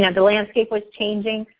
yeah the landscape was changing.